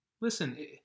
Listen